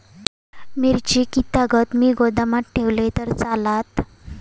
मिरची कीततागत मी गोदामात ठेवलंय तर चालात?